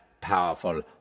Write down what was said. powerful